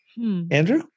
Andrew